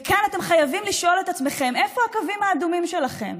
וכאן אתם חייבים לשאול את עצמכם איפה הקווים האדומים שלכם,